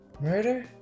Murder